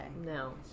No